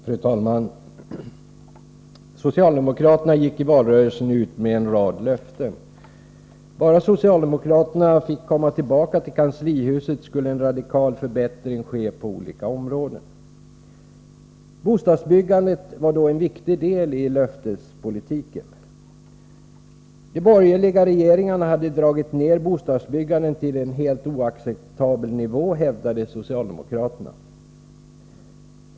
Fru talman! Socialdemokraterna gick i valrörelsen ut med en rad löften. Bara socialdemokraterna fick komma tillbaka till kanslihuset skulle en radikal förbättring ske på olika områden. Bostadsbyggandet var då en viktig del i löftespolitiken. De borgerliga regeringarna hade dragit ner bostadsbyggandet till en helt oacceptabel nivå, hävdade socialdemokraterna.